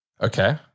Okay